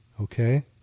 Okay